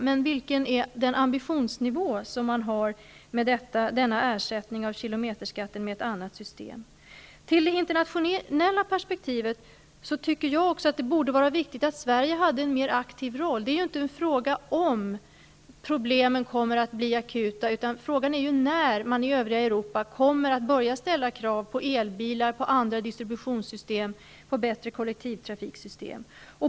Men vilken ambitionsnivå har man för denna ersättning av kilometerskatten med ett annat system? I det internationella perspektivet borde det vara viktigt att Sverige har en mer aktiv roll. Det är ju inte en fråga om problemen kommer att bli akuta, utan frågan är ju när man i övriga Europa kommer att börja ställa krav på elbilar, andra distributionssystem och bättre kollektivtrafiksystem.